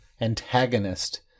antagonist